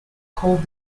called